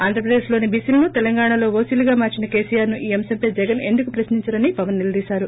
ఆంధ్రప్రదేశ్ లోని బీసీలను తెలంగాణలో ఓసీలుగా మార్చిన కేసీఆర్ను ఈ అంశంపై జగన్ ఎందుకు ప్రశ్నించరని పవన్ నిలదీశారు